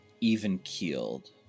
even-keeled